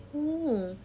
oh